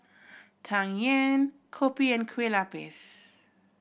Tang Yuen kopi and Kueh Lapis